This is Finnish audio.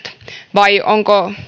vai onko